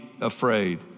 afraid